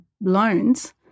loans